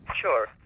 Sure